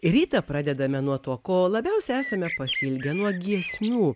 rytą pradedame nuo to ko labiausiai esame pasiilgę nuo giesmių